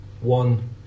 one